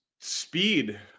speed